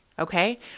Okay